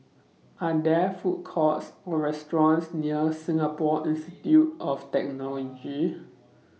Are There Food Courts Or restaurants near Singapore Institute of Technology